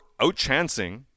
outchancing